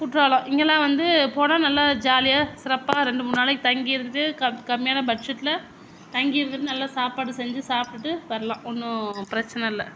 குற்றாலம் இங்கேலாம் வந்து போனால் நல்லா ஜாலியாக சிறப்பாக ரெண்டு மூணு நாளைக்கு தங்கி இருந்துட்டு கம் கம்மியான பட்ஜெட்டில் தங்கி இருந்துட்டு நல்லா சாப்பாடு செஞ்சு சாப்பிட்டுட்டு வரலாம் ஒன்றும் பிரச்சனை இல்லை